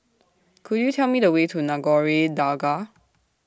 Could YOU Tell Me The Way to Nagore Dargah